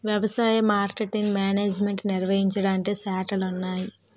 వ్యవసాయ marketing management నిర్వహించడానికి శాఖలున్నాయి